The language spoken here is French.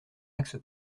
axe